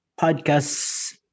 podcasts